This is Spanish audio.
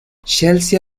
chelsea